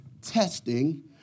testing